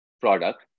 product